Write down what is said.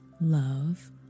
love